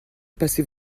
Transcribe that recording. passez